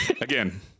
again